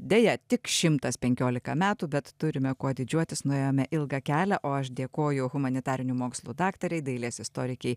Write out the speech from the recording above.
deja tik šimtas penkiolika metų bet turime kuo didžiuotis nuėjome ilgą kelią o aš dėkoju humanitarinių mokslų daktarei dailės istorikei